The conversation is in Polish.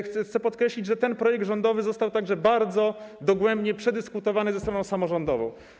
Chcę podkreślić, że ten projekt rządowy został także bardzo dogłębnie przedyskutowany ze stroną samorządową.